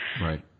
right